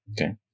Okay